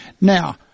Now